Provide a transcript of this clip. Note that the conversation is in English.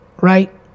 Right